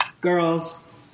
Girls